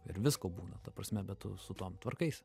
ir visko būna ta prasme be tu su tuom tvarkais